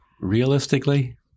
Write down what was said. Realistically